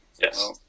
Yes